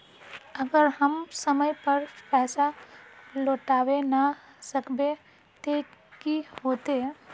अगर हम समय पर पैसा लौटावे ना सकबे ते की होते?